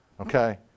okay